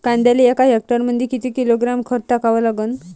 कांद्याले एका हेक्टरमंदी किती किलोग्रॅम खत टाकावं लागन?